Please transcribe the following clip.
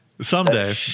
Someday